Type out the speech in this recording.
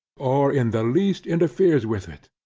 or in the least interferes with it.